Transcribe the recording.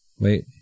wait